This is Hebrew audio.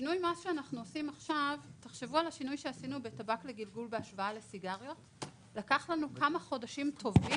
השינוי שעשינו בטבק לגלגול בהשוואה לסיגריות שלקח כמה חודשים טובים